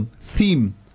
theme